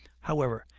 however,